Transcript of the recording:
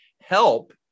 help